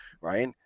right